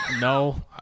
No